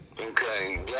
Okay